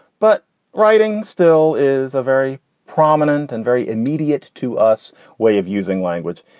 but writing still is a very prominent and very immediate to us way of using language.